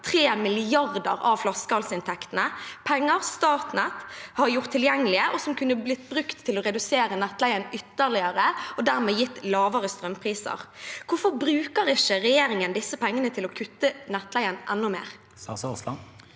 3 mrd. kr av flaskehalsinntektene. Dette er penger Statnett har gjort tilgjengelig, og som kunne blitt brukt til å redusere nettleien ytterligere, noe som dermed kunne gitt lavere strømpriser. Hvorfor bruker ikke regjeringen disse pengene til å kutte nettleien enda mer?